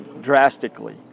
drastically